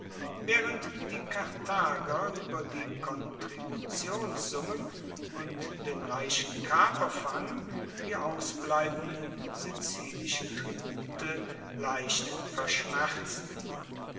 waehrend die karthager ueber die kontributionssummen und den reichen kaperfang die ausbleibenden sizilischen tribute leicht verschmerzten